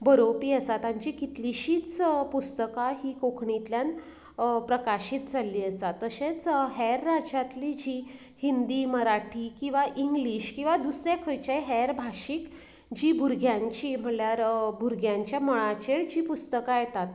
बरोवपी आसात तांची कितलिशीच पुस्तकां हीं कोंकणींतल्यान प्रकाशीत जाल्लीं आसा तशेंच हेर राज्यांतली जी हिन्दी मराठी किंवां इंग्लीश किंवां दुसरे खंयचेय हेर भाशीक जी भुरग्यांची म्हणल्यार भुरग्यांच्या मळाचेर जीं पुस्तकां येतात